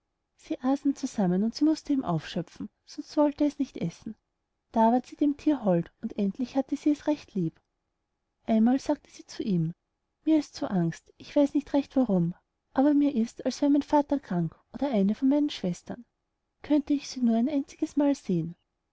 sie aßen zusammen und sie mußte ihm aufschöpfen sonst wollte es nicht essen da ward sie dem thier hold und endlich hatte sie es recht lieb einmal sagte sie zu ihm mir ist so angst ich weiß nicht recht warum aber mir ist als wär mein vater krank oder eine von meinen schwestern könnte ich sie nur ein einzigesmal sehen